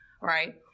right